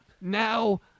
Now